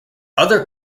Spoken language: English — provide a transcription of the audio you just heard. other